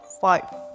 five